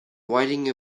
riding